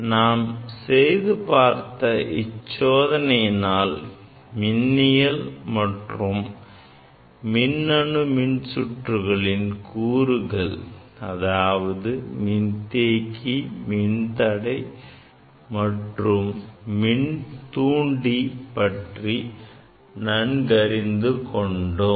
நாம் செய்து பார்த்த இச்சோதனையினால் மின்னியல் மற்றும் மின்னணு மின்சுற்றுகளின் கூறுகள் அதாவது மின்தேக்கி மின்தடை மற்றும் மின்தூண்டி பற்றி நன்கறிந்து கொண்டோம்